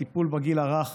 הטיפול בגיל הרך